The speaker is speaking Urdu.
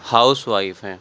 ہاؤس وائف ہیں